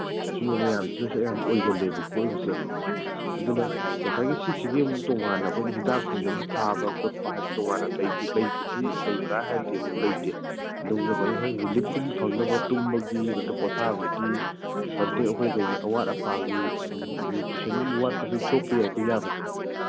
ꯁꯨꯝꯕ ꯃꯌꯥꯝꯁꯤꯅꯁꯨ ꯑꯌꯥꯝꯕ ꯑꯣꯏꯒꯜꯂꯤꯕꯀꯣ ꯑꯗꯨꯅ ꯉꯁꯥꯏꯒꯤ ꯁꯤꯁꯤꯒꯤ ꯑꯃꯨꯛ ꯇꯣꯉꯥꯟꯅ ꯍꯤꯗꯥꯛꯀꯨꯝꯕ ꯑꯃ ꯊꯥꯕ ꯈꯣꯠꯄ ꯍꯥꯏꯕ ꯂꯩꯗꯤ ꯂꯩꯕꯁꯤ ꯂꯩꯕ꯭ꯔꯥ ꯍꯥꯏꯔꯗꯤ ꯑꯃꯨꯛ ꯂꯩꯇꯦ ꯑꯗꯨꯕꯨ ꯉꯁꯥꯏꯒꯤ ꯔꯤꯂꯤꯞꯀꯨꯝꯕ ꯐꯪꯅꯕ ꯇꯨꯝꯕꯒꯤ ꯅꯠꯇ꯭ꯔꯒ ꯄꯣꯊꯥꯕꯒꯤ ꯁꯝꯊꯤꯡ ꯑꯩꯈꯣꯏꯒꯤ ꯑꯋꯥꯠ ꯑꯄꯥꯒꯤ ꯑꯗꯨꯝ ꯅ꯭ꯌꯨꯇ꯭ꯔꯤꯁꯟꯒꯨꯝꯕ ꯋꯥꯠꯄꯁꯨ ꯊꯣꯛꯄ ꯌꯥꯏꯀꯣ ꯌꯥꯕꯁꯦ